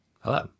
Hello